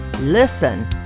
Listen